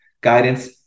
guidance